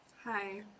Hi